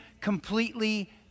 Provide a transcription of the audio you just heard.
completely